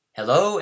Hello